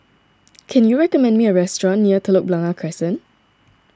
can you recommend me a restaurant near Telok Blangah Crescent